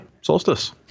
solstice